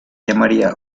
llamaría